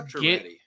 get